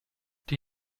die